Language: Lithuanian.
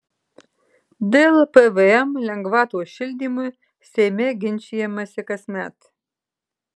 dėl pvm lengvatos šildymui seime ginčijamasi kasmet